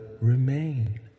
remain